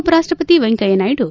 ಉಪರಾಷ್ಟಪತಿ ವೆಂಕಯ್ಯ ನಾಯ್ಡು